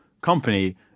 company